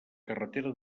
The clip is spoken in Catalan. carretera